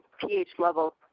pH-level